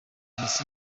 messi